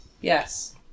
Yes